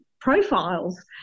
profiles